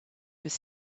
was